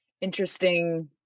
interesting